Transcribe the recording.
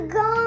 go